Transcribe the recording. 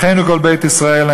אחינו כל בית ישראל,